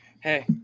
Hey